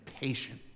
patient